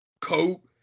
coat